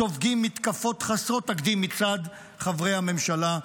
סופגים מתקפות חסרות תקדים מצד חברי הממשלה,